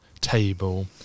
table